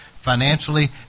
financially